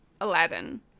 Aladdin